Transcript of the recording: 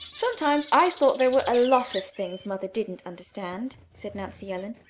sometimes i thought there were a lot of things mother didn't understand, said nancy ellen,